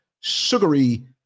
sugary